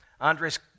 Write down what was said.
Andres